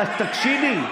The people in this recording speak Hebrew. תקשיבי.